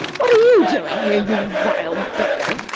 what are you doing here, you vile beggar?